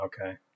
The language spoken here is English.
Okay